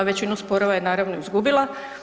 Većinu sporova je naravno izgubila.